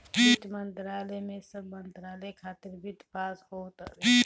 वित्त मंत्रालय में सब मंत्रालय खातिर वित्त पास होत हवे